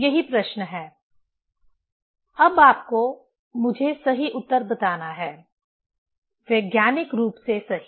यही प्रश्न है अब आपको मुझे सही उत्तर बताना है वैज्ञानिक रूप से सही